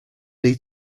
need